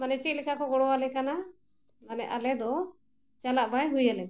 ᱢᱟᱱᱮ ᱪᱮᱫ ᱞᱮᱠᱟ ᱠᱚ ᱜᱚᱲᱚ ᱟᱞᱮ ᱠᱟᱱᱟ ᱢᱟᱱᱮ ᱟᱞᱮ ᱫᱚ ᱪᱟᱞᱟᱜ ᱵᱟᱭ ᱦᱩᱭ ᱟᱞᱮ ᱠᱟᱱᱟ